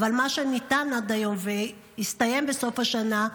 אבל מה שניתן עד היום והסתיים בסוף השנה,